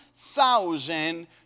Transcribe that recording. thousand